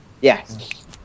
Yes